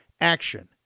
Action